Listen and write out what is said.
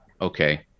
Okay